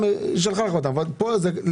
הבעיה.